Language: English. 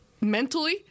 mentally